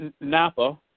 Napa –